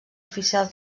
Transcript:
oficials